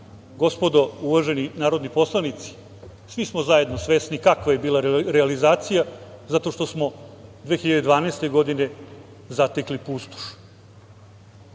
gospodo, uvaženi narodni poslanici, svi smo zajedno svesni kakva je bila realizacija zato što smo 2012. godine, zatekli